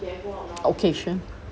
occasion